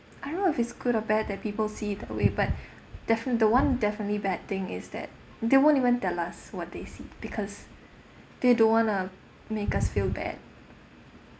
I don't know if it's good or bad that people see it that way but defi~ the one definitely bad thing is that they won't even tell us what they see because they don't want to make us feel bad